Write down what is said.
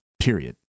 period